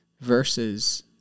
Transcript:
versus